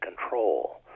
control